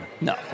No